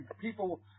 people